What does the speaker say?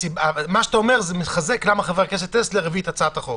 מה שאתה אומר זה מחזק למה חבר הכנסת טסלר הביא את הצעת החוק.